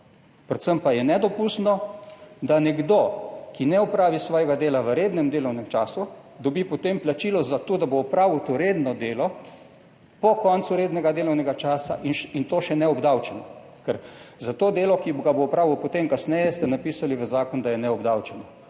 Predvsem pa je nedopustno, da nekdo, ki ne opravi svojega dela v rednem delovnem času, dobi potem plačilo za to, da bo opravil to redno delo po koncu rednega delovnega časa, in to še neobdavčeno. Ker za to delo, ki ga bo opravil potem kasneje, ste napisali v zakon, da je neobdavčeno,